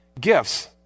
gifts